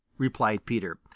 replied peter.